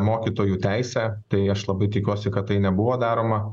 mokytojų teisė tai aš labai tikiuosi kad tai nebuvo daroma